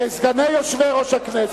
סגני יושב-ראש הכנסת,